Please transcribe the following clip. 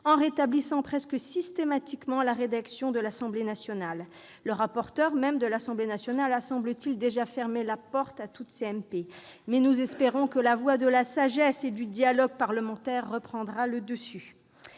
en rétablissant presque systématiquement la rédaction de l'Assemblée nationale. Le rapporteur de l'Assemblée nationale a, semble-t-il, déjà fermé la porte à tout accord en commission mixte paritaire. Mais nous espérons que la voie de la sagesse et du dialogue parlementaire reprendra le dessus.